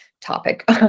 topic